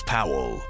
Powell